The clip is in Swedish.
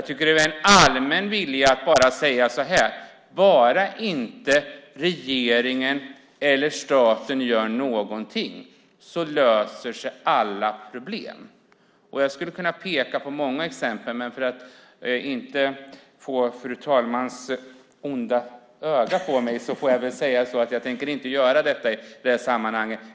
Den allmänna viljan tycks vara: Bara regeringen eller staten inte gör någonting så löser sig alla problem. Jag skulle kunna peka på många exempel, men för att inte få fru talmannens onda öga på mig får jag väl säga att jag inte tänker göra det i detta sammanhang.